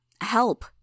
Help